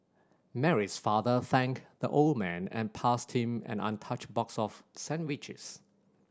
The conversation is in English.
Mary's father thanked the old man and passed him an untouched box of sandwiches